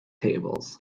tables